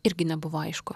irgi nebuvo aišku